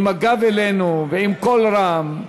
עם הגב אלינו ועם קול רם,